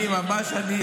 ממש אני.